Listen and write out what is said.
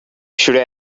should